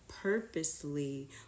purposely